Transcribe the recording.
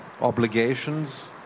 obligations